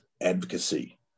advocacy